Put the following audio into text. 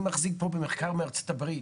אני מחזיק פה במחקר מארצות הברית,